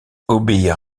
obéir